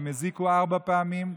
הן הזיקו ארבע פעמים,